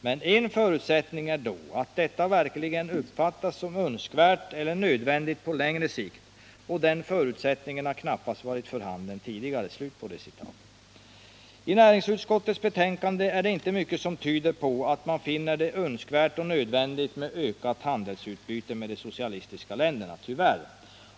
Men en förutsättning är då att detta verkligen uppfattas som önskvärt eller nödvändigt på längre sikt, och den förutsättningen har knappast varit för handen tidigare.” I näringsutskottets betänkande är det inte mycket som tyder på att man finner det önskvärt och nödvändigt med ett ökat handelsutbyte med de socialistiska länderna — tyvärr.